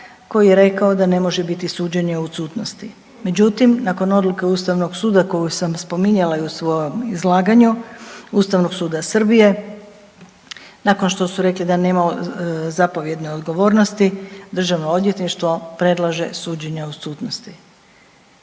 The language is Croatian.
koji je rekao da ne može biti suđenje u odsutnosti. Međutim, nakon odluke Ustavnog suda koju sam spominjala i u svojem izlaganju Ustavnog suda Srbije, nakon što su rekli da nema zapovjedno odgovornosti, državno odvjetništvo predlaže suđenje u odsutnosti.